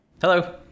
Hello